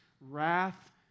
wrath